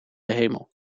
hemel